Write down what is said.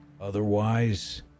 Otherwise